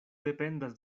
dependas